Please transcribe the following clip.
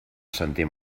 assentir